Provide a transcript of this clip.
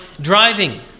driving